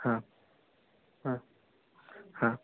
ಹಾಂ ಹಾಂ ಹಾಂ